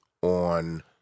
on